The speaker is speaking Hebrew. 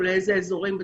איזה אזורים.